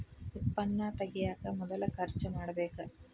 ಉತ್ಪನ್ನಾ ತಗಿಯಾಕ ಮೊದಲ ಖರ್ಚು ಮಾಡಬೇಕ